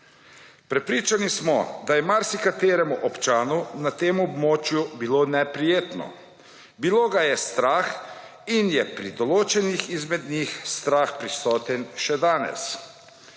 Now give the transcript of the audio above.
Prepričani smo, da je marsikateremu občanu na tem območju bilo neprijetno. Bilo ga je strah in je pri določenih izmed njih strah prisoten še danes.